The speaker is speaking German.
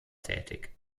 tätig